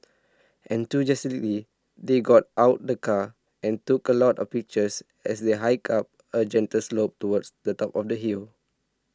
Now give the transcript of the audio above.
enthusiastically they got out the car and took a lot of pictures as they hiked up a gentle slope towards the top of the hill